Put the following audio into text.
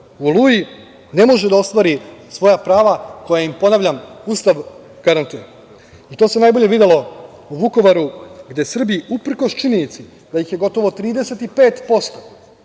„Oluji“, ne može da ostvari svoja prava koja im, ponavljam, Ustav garantuje. To se najbolje videlo u Vukovaru, gde Srbi uprkos činjenici da ih je gotovo 35%,